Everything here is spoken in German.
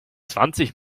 zwanzig